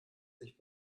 sich